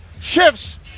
shifts